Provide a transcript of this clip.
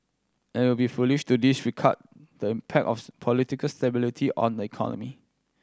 and it would be foolish to disregard the impact political stability on the economy